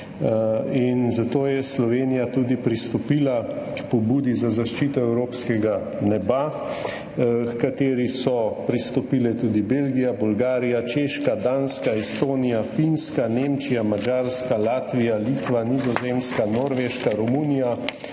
in zato je Slovenija tudi pristopila k pobudi za zaščito evropskega neba, h kateri so pristopile tudi Belgija, Bolgarija, Češka, Danska, Estonija, Finska, Nemčija, Madžarska, Latvija, Litva, Nizozemska, Norveška, Romunija,